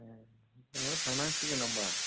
ए जोंलाय थांनांसिगोन होमबा